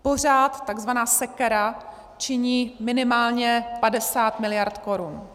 Pořád takzvaná sekera činí minimálně 50 miliard korun.